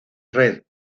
red